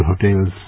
hotels